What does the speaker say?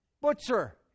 Butcher